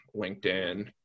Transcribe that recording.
LinkedIn